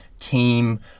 team